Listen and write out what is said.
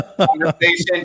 conversation